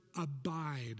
abide